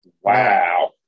Wow